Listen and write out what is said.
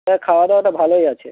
হ্যাঁ খাওয়া দাওয়াটা ভালোই আছে